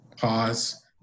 pause